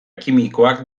kimikoak